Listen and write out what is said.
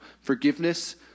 Forgiveness